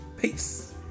Peace